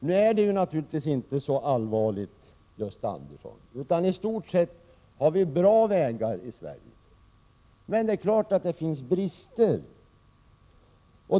Nu är det naturligtvis inte så allvarligt, Gösta Andersson, utan vi har i stort sett bra vägar i Sverige. Men det är klart att det finns brister.